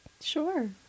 Sure